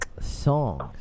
songs